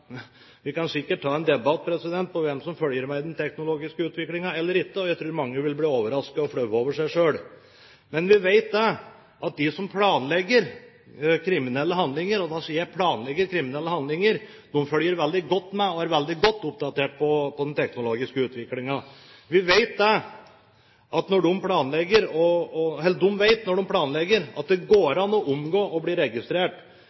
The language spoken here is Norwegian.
Vi kan sikkert ta en debatt på hvem som følger med i den teknologiske utviklingen eller ikke, og jeg tror mange vil bli overrasket og flaue over seg selv. Men vi vet at de som planlegger kriminelle handlinger – og da sier jeg planlegger kriminelle handlinger – følger veldig godt med, og er veldig godt oppdaterte på den teknologiske utviklingen. De vet når de planlegger at det går an å omgå å bli registrert,